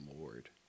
Lord